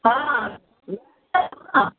हँ यै सुनु ने